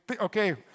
Okay